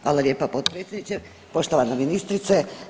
Hvala lijepa potpredsjedniče, poštovana ministrice.